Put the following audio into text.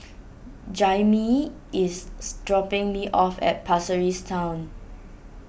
Jaimie is dropping me off at Pasir Ris Town